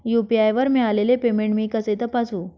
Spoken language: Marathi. यू.पी.आय वर मिळालेले पेमेंट मी कसे तपासू?